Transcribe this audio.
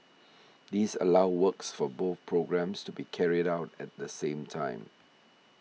this allows works for both programmes to be carried out at the same time